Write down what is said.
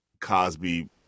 Cosby